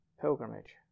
pilgrimage